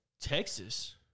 Texas